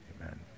amen